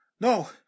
No